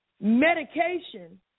medication